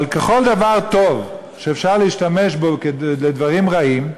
אבל ככל דבר טוב שאפשר להשתמש בו לדברים רעים,